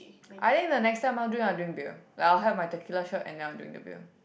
I think the next time I'll drink I'll drink beer like I will have my tequilla shot and then I'll drink the beer